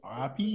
RIP